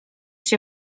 się